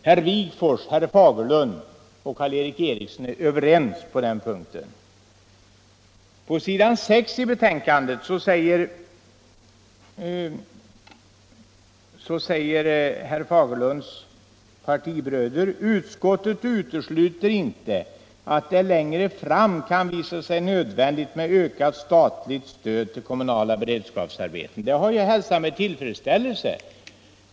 Herr Wigforss, herr Fagerlund och Karl Erik Eriksson är helt överens på den punkten. ”Utskottet utesluter inte att det längre fram kan visa sig nödvändigt med ökat statligt stöd till kommunala beredskapsarbeten.” Den skrivningen hälsar jag med tillfredsställelse.